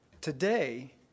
Today